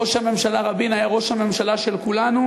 ראש הממשלה רבין היה ראש הממשלה שלנו,